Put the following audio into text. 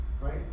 Right